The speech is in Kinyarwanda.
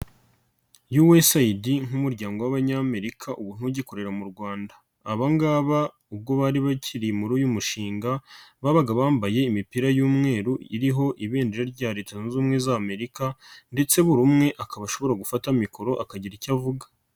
USAID nk'umuryango w'abanyamerika ubu ntugikorera mu Rwanda. Abangabo ubwo bari bakiri muri uyu mushinga babaga bambaye imipira y'umweru iriho ibendera rya leta zunze ubumwe za amerika ndetse buri umwe akaba ashobora gufata mikoro akagira icyo avuga.